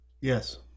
Yes